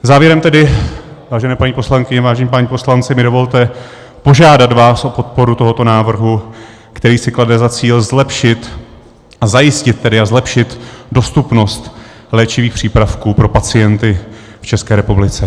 Závěrem tedy, vážené paní poslankyně, vážení páni poslanci, mi dovolte požádat vás o podporu tohoto návrhu, který si klade za cíl zajistit a zlepšit dostupnost léčivých přípravků pro pacienty v České republice.